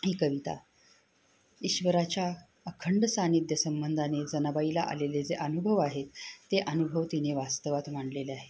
ही कविता ईश्वराच्या अखंड सानिध्यसंबंधाने जनाबाईला आलेले जे अनुभव आहेत ते अनुभव तिने वास्तवात मांडलेले आहेत